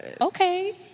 Okay